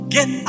Get